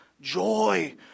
joy